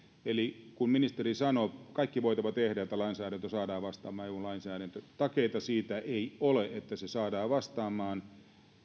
eli kun ministeri sanoi että kaikki voitava tehdään että lainsäädäntö saadaan vastaamaan eu lainsäädäntöä mutta takeita siitä ei ole että se saadaan vastaamaan